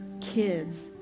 kids